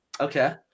Okay